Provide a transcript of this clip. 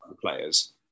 players